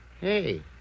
Hey